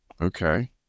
Okay